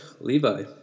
Levi